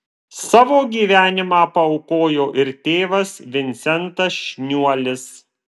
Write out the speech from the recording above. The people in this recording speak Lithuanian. savo gyvenimą paaukojo ir tėvas vincentas šniuolis